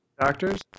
doctors